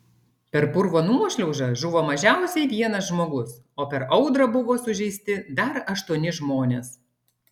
per purvo nuošliaužą žuvo mažiausiai vienas žmogus o per audrą buvo sužeisti dar aštuoni žmonės